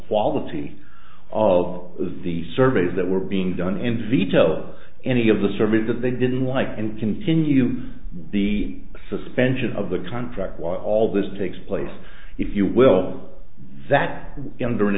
quality of the surveys that were being done in veto any of the services that they didn't like and continue the suspension of the contract while all this takes place if you will that under an